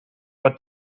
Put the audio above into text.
bod